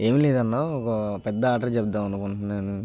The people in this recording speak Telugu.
ఏం లేదన్నా ఒక పెద్ద ఆర్డర్ చెప్దాం అనుకుంటుంన్నాను